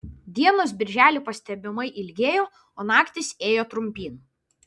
dienos birželį pastebimai ilgėjo o naktys ėjo trumpyn